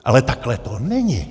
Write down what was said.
Ale takhle to není.